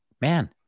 Man